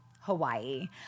Hawaii